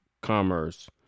commerce